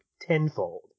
tenfold